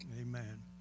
Amen